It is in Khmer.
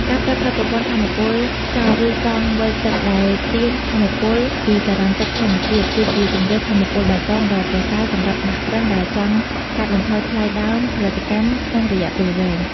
ការប្រើប្រាស់ប្រព័ន្ធថាមពលខ្យល់ ឬកង់វិលទឹកដែលទាញថាមពលពីចរន្តទឹកធម្មជាតិ គឺជាជម្រើសថាមពលបៃតងដ៏ប្រសើរសម្រាប់សហគ្រិនដែលចង់កាត់បន្ថយថ្លៃដើមផលិតកម្មក្នុងរយៈពេលវែង។